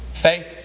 Faith